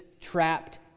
trapped